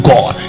God